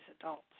adults